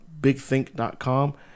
bigthink.com